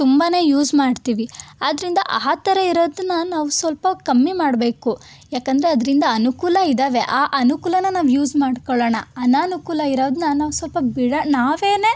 ತುಂಬಾ ಯೂಸ್ ಮಾಡ್ತೀವಿ ಅದರಿಂದ ಆ ಥರ ಇರೋದನ್ನು ನಾವು ಸ್ವಲ್ಪ ಕಮ್ಮಿ ಮಾಡಬೇಕು ಯಾಕಂದರೆ ಅದರಿಂದ ಅನುಕೂಲ ಇದ್ದಾವೆ ಆ ಅನುಕೂಲನ ನಾವು ಯೂಸ್ ಮಾಡಿಕೊಳ್ಳೋಣ ಅನನುಕೂಲ ಇರೋದನ್ನ ನಾವು ಸ್ವಲ್ಪ ಬಿಡಣ ನಾವೇನೇ